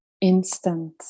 instant